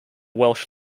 welsh